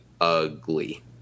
ugly